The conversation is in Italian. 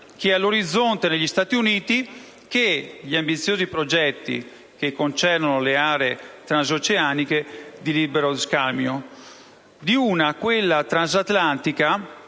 all'orizzonte degli Stati Uniti) che gli ambiziosi progetti che concernono le aree transoceaniche di libero scambio (in futuro dell'area transatlantica